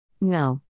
No